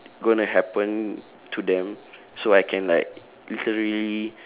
gonna happen to them so I can like literally